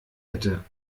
hätte